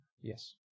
Yes